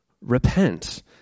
repent